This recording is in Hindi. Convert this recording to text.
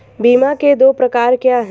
बीमा के दो प्रकार क्या हैं?